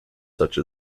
such